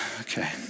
Okay